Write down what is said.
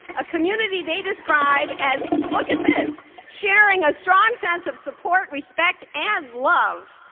a community they describe as look at this sharing a strong sense of support, respect, and love.